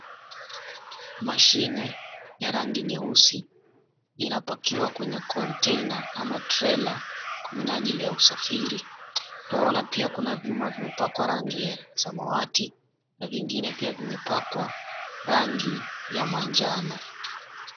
Mashine ya rangi nyeusi inapakiwa kwenye container ama trela kwa minajili ya usafiri. Tunaona pia kuna vyuma vya vimepakwa rangi ya samawati n vingine pia vimepakwa rangi ya manjano.